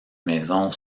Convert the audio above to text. maison